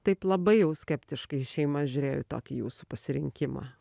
taip labai jau skeptiškai šeima žiūrėjo į tokį jūsų pasirinkimą